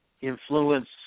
influence